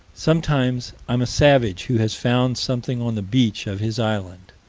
sometimes i'm a savage who has found something on the beach of his island.